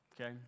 okay